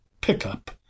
pickup